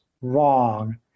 wrong